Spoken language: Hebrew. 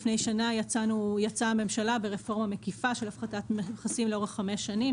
לפני שנה יצאה הממשלה ברפורמה מקיפה של הפחתת מכסים לאורך חמש שנים,